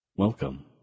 Welcome